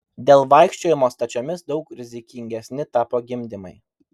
dėl vaikščiojimo stačiomis daug rizikingesni tapo gimdymai